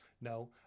No